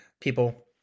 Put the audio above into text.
people